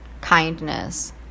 kindness